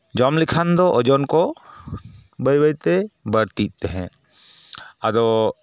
ᱡᱚᱢ ᱞᱮᱠᱷᱟᱱ ᱫᱚ ᱳᱡᱚᱱ ᱠᱚ ᱵᱟᱹᱭ ᱵᱟᱹᱭ ᱛᱮ ᱵᱟᱹᱲᱛᱤᱜ ᱛᱮᱸᱦᱮᱫ ᱟᱫᱚ